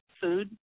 food